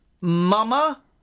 Mama